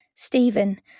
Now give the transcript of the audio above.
Stephen